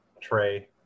tray